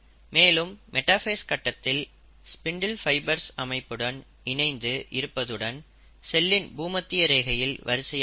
மேலும் மெட்டாஃபேஸ் கட்டத்தில் இவைகள் ஸ்பிண்டில் ஃபைபர்ஸ் அமைப்புடன் இணைந்து இருப்பதுடன் செல்லின் பூமத்திய ரேகையில் வரிசையாக இருக்கும்